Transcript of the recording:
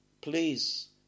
Please